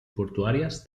portuàries